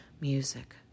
music